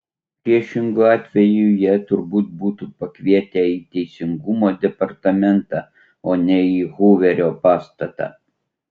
priešingu atveju ją turbūt būtų pakvietę į teisingumo departamentą o ne į huverio pastatą